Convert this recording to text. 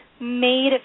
made